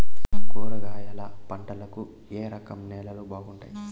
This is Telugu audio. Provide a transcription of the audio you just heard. కూరగాయల పంటలకు ఏ రకం నేలలు బాగుంటాయి?